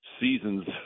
seasons